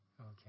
Okay